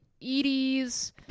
Edie's